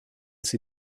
sie